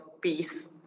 peace